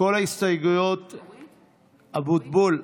אבוטבול,